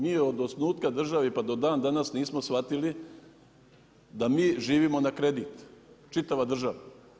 Mi od osnutka države pa do dan danas nismo shvatili da mi živimo na kredit, čitava država.